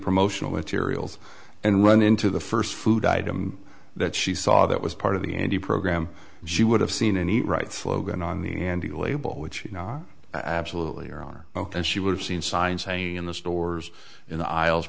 promotional materials and run into the first food item that she saw that was part of the n t program she would have seen any right slogan on the handy label which are absolutely are are ok and she would have seen signs hanging in the stores in the aisles